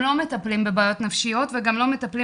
לא מטפלים בבעיות נפשיות וגם לא מטפלים